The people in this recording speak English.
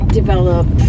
develop